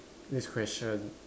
next question